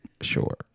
Sure